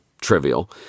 trivial